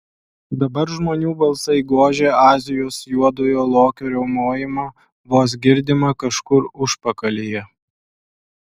dabar žmonių balsai gožė azijos juodojo lokio riaumojimą vos girdimą kažkur užpakalyje